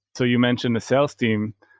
so you mentioned a sales team.